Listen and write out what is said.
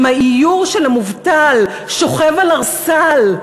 האיור של המובטל שוכב על ערסל,